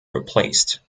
replaced